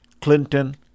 Clinton